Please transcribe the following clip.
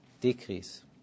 decrease